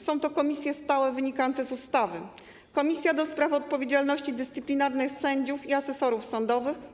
Są to komisje stałe, co wynika z ustawy: Komisja do spraw odpowiedzialności dyscyplinarnej sędziów i asesorów sądowych,